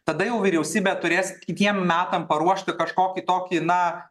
tada jau vyriausybė turės kitiem metam paruošti kažkokį tokį na